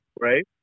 Right